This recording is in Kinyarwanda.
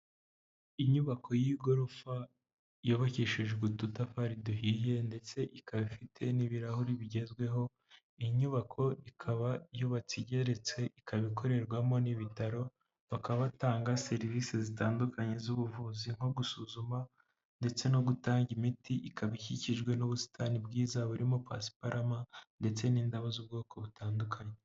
Inyubako y'igorofa yubakishijwe udutafari duhiye ndetse ikaba ifite n'ibirahuri bigezweho, iyi nyubako ikaba yubatse igeretse, ikaba ikorerwamo n'ibitaro, bakaba batanga serivisi zitandukanye z'ubuvuzi nko gusuzuma ndetse no gutanga imiti, ikaba ikikijwe n'ubusitani bwiza barimo pasiparama ndetse n'indabo z'ubwoko butandukanye.